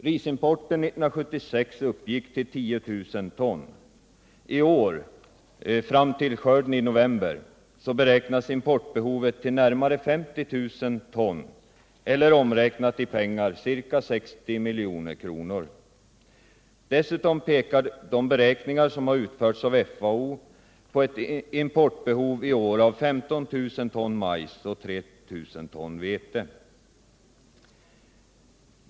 Risimporten 1976 uppgick till 10000 ton. I år — fram till skörden i november — beräknas importbehovet till närmare 50 000 ton eller omräknat i pengar ca 60 milj.kr. Dessutom pekar beräkningar, utförda av FAO, på ett importbehov i år av 15 000 ton majs och 3 000 ton vete.